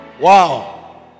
Wow